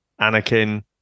Anakin